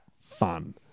fun